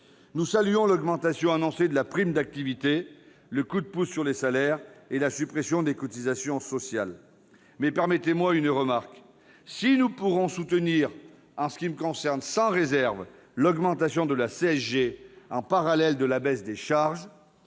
Nous saluons l'augmentation annoncée de la prime d'activité, le coup de pouce aux salaires et la suppression des cotisations sociales. Mais permettez-nous une remarque : nous pourrons certes soutenir- sans réserve, en ce qui me concerne -l'augmentation de la CSG en parallèle de la baisse des charges,